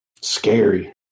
Scary